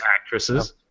actresses